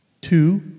two